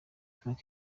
bivuga